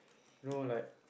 no like